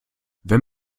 wenn